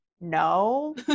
No